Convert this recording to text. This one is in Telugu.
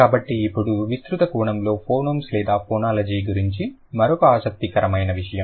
కాబట్టి ఇప్పుడు విస్తృత కోణంలో ఫోనోమ్స్ లేదా ఫోనాలజీ గురించి మరొక ఆసక్తికరమైన విషయం